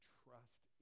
trust